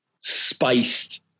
spiced